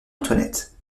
antoinette